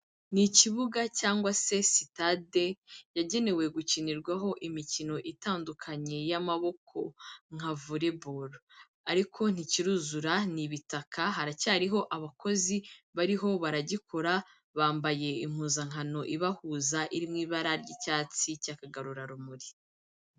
Ni ikibuga cyangwa se sitade yagenewe gukinirwaho imikino itandukanye y'amaboko nka voreboro. Ariko ntikiruzura ni ibitaka haracyariho abakozi bariho baragikora, bambaye impuzankano ibahuza iri mu ibara ry'icyatsi cy'akagarurarumuri.